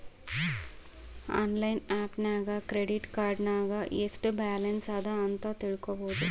online app ನಾಗ್ credit card ನಾಗ್ ಎಸ್ಟ್ ಬ್ಯಾಲನ್ಸ್ ಅದಾ ಅಂತ್ ತಿಳ್ಕೊಬೋದು